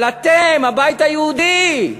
אבל אתם, הבית היהודי,